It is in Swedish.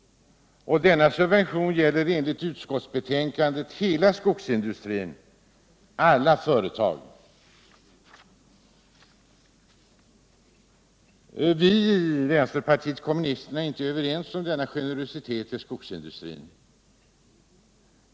Denna subvention gäller enligt utskottsbetänkandet hela skogsindustrin, alla företag. Vi i vänsterpartiet kommunisterna är inte överens med utskottet om denna generositet till skogsindustrin.